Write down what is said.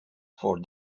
for